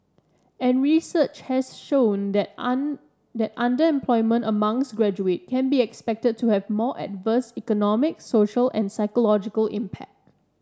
and research has shown that an that underemployment amongst graduates can be expected to have more adverse economic social and psychological impact